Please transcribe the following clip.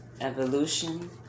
evolution